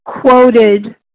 quoted